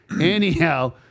Anyhow